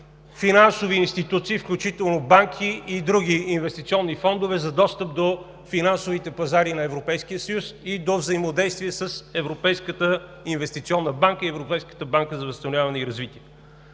финансови институции, включително банки и други инвестиционни фондове за достъп до финансовите пазари на Европейския съюз и до взаимодействие с Европейската инвестиционна банка и Европейската банка за възстановяване и развитие.